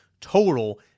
total